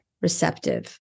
receptive